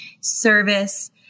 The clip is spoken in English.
service